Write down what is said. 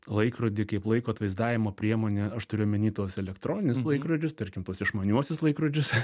laikrodį kaip laiko atvaizdavimo priemonę aš turiu omeny tuos elektroninius laikrodžius tarkim tuos išmaniuosius laikrodžius